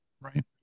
right